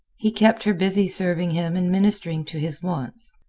he kept her busy serving him and ministering to his wants.